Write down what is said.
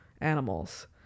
animals